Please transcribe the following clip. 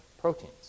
proteins